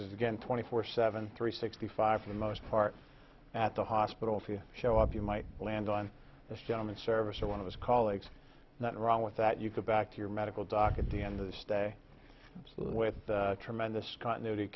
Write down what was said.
again twenty four seven three sixty five for the most part at the hospital if you show up you might land on this gentleman service or one of his colleagues that wrong with that you can back to your medical doc at the end of the stay with tremendous continuity